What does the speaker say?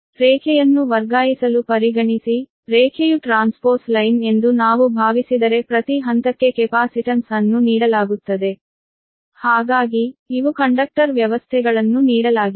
ಆದ್ದರಿಂದ ರೇಖೆಯನ್ನು ವರ್ಗಾಯಿಸಲು ಪರಿಗಣಿಸಿ ರೇಖೆಯು ಟ್ರಾನ್ಸ್ಪೋಸ್ ಲೈನ್ ಎಂದು ನಾವು ಭಾವಿಸಿದರೆ ಪ್ರತಿ ಹಂತಕ್ಕೆ ಕೆಪಾಸಿಟನ್ಸ್ ಅನ್ನು ನೀಡಲಾಗುತ್ತದೆ ಹಾಗಾಗಿ ಇವು ಕಂಡಕ್ಟರ್ ವ್ಯವಸ್ಥೆಗಳನ್ನು ನೀಡಲಾಗಿದೆ